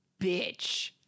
bitch